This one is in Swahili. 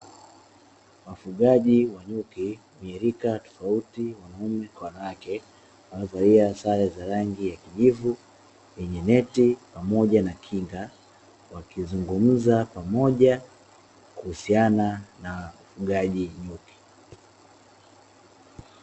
Wafugaji wa nyuki wenye rika tofauti wanaume kwa wanawake waliovalia sare za kijivu zenye neti pamoja na kinga wakizungumza pamoja kuhusiana na ufugaji nyuki.